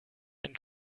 einen